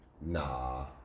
nah